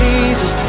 Jesus